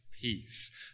peace